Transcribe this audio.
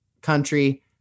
country